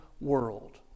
world